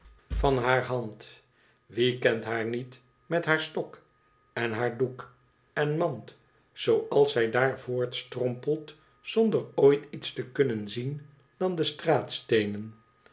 wie kent haar niet met haar stok en haar doek en mand zooals zij daar voortstrompelt zonder ooit iets te kunnen zien dan de